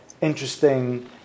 interesting